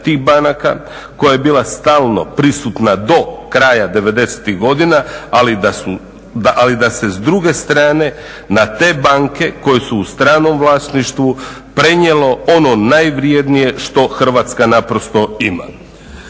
tih banaka koja je bila stalno prisutna do kraja devedesetih godina, ali da se s druge strane na te banke koje su u stranom vlasništvu prenijelo ono najvrjednije što Hrvatska naprosto ima.